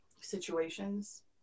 situations